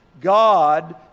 God